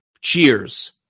cheers